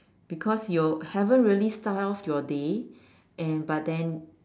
because you haven't really start off your day and but then